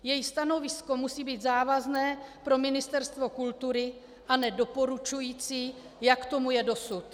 Její stanovisko musí být závazné pro Ministerstvo kultury a ne doporučující, jak tomu je dosud.